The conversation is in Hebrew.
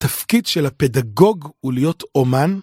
‫התפקיד של הפדגוג הוא להיות אומן?